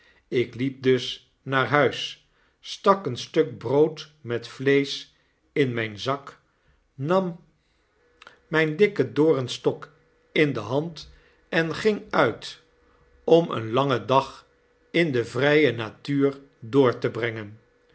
ik hep dus naar huis stak eenstuk brood met vleesch in mgn zak nam mijndikpickens juffrouw lirriper juffrouw lirriper en hare commensalen ken doornstok in de hand en ging uit om een langen dag in de vrye natuur door te brengen